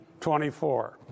24